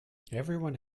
everyone